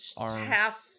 half